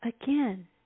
again